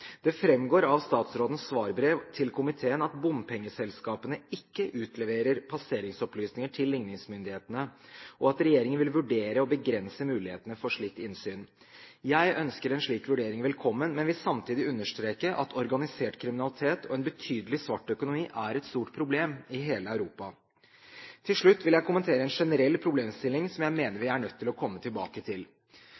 Det framgår av statsrådens svarbrev til komiteen at bompengeselskapene ikke utleverer passeringsopplysninger til likningsmyndighetene, og at regjeringen vil vurdere å begrense mulighetene for slikt innsyn. Jeg ønsker en slik vurdering velkommen, men vil samtidig understreke at organisert kriminalitet og en betydelig svart økonomi er et stort problem i hele Europa. Til slutt vil jeg kommentere en generell problemstilling som jeg mener